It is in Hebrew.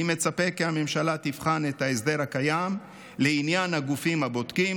אני מצפה כי הממשלה תבחן את ההסדר הקיים לעניין הגופים הבודקים,